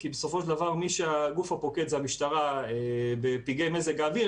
כי בסופו של דבר הגוף הפוקד זה המשטרה בפגעי מזג אוויר,